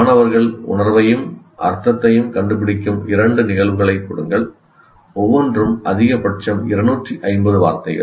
மாணவர்கள் உணர்வையும் அர்த்தத்தையும் கண்டுபிடிக்கும் இரண்டு நிகழ்வுகளைக் கொடுங்கள் ஒவ்வொன்றும் அதிகபட்சம் 250 வார்த்தைகள்